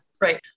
Right